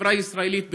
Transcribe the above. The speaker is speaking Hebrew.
כחברה ישראלית בכלל,